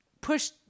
push